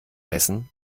messen